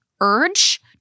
urge